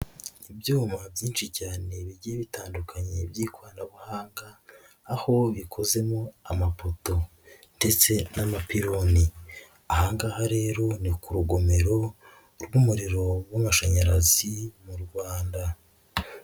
Ibyuma byinshi cyane bigiye bitandukanye by'ikoranabuhanga, aho bikozemo amapoto ndetse n'amapiloni. Aha ngaha rero no ku rugomero rw'umuriro w'amashanyarazi mu Rwanda.